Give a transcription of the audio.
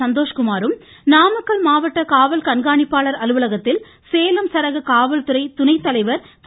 சந்தோஷ்குமாரும் நாமக்கல் மாவட்ட காவல் கண்காணிப்பாளர் அலுவலகத்தில் சேலம் சரக தலைவர் திரு